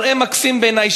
מראה מקסים בעיני,